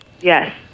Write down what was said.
Yes